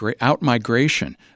out-migration